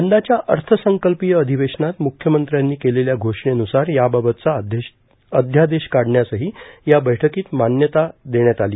यंदाच्या अर्थसंकल्पीय अधिवेशनात मुख्यमंत्र्यांनी केलेल्या घोषणेन्रसार याबाबतचा अध्यादेश काढण्यासही या बैठकीत मान्यता देण्यात आली